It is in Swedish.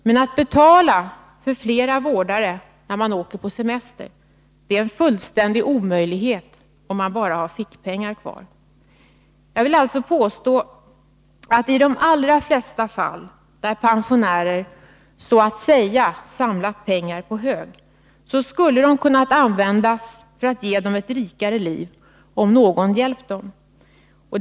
Men att betala för flera vårdare när man åker på semester är en fullständig omöjlighet om man bara har fickpengar kvar. Jag vill alltså påstå, att i de allra flesta fall där pensionärer så att säga har samlat pengar på hög, skulle pengarna ha kunnat användas för att ge pensionärerna ett rikare liv.